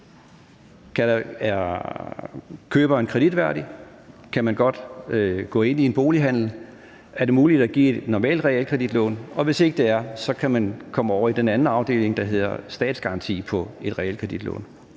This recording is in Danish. om køberen er kreditværdig, om man godt kan gå ind i en bolighandel, om det er muligt at give et normalt realkreditlån, og hvis det ikke er det, kan man komme over i den anden afdeling, der hedder statsgaranti på et realkreditlån.